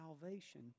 salvation